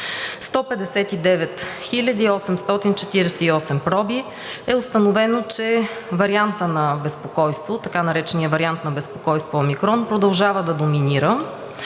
159 848 проби е установено, че вариантът на безпокойство, така нареченият вариант на безпокойство, омикрон продължава да доминира.